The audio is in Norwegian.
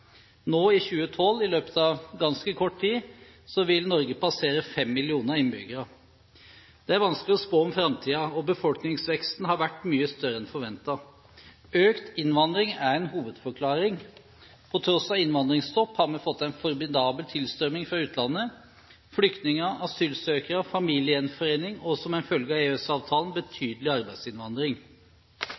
I 2012 vil Norge i løpet av ganske kort tid passere 5 mill. innbyggere. Det er vanskelig å spå om framtiden, befolkningsveksten har vært mye større enn forventet. Økt innvandring er en hovedforklaring. Tross innvandringsstopp har vi hatt en formidabel tilstrømming fra utlandet – flyktninger, asylsøkere, familiegjenforening og, som en følge av EØS-avtalen, betydelig arbeidsinnvandring.